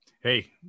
hey